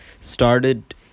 started